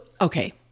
okay